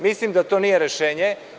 Mislim da to nije rešenje.